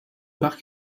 parc